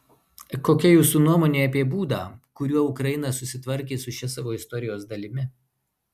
kokia jūsų nuomonė apie būdą kuriuo ukraina susitvarkė su šia savo istorijos dalimi